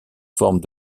forme